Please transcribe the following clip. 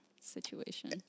situation